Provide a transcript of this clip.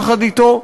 יחד אתו,